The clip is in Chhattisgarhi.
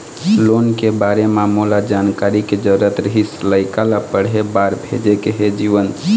लोन के बारे म मोला जानकारी के जरूरत रीहिस, लइका ला पढ़े बार भेजे के हे जीवन